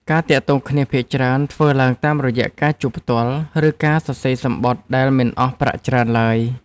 ការទាក់ទងគ្នាភាគច្រើនធ្វើឡើងតាមរយៈការជួបផ្ទាល់ ឬការសរសេរសំបុត្រដែលមិនអស់ប្រាក់ច្រើនឡើយ។